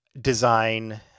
design